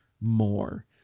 more